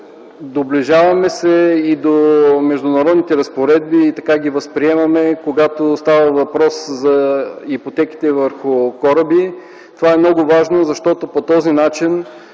Доближаваме се и до международните разпоредби, така ги възприемаме, когато става въпрос за ипотеките върху кораби. Това е много важно, защото по този начин